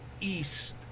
east